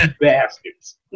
bastards